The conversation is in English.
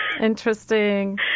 interesting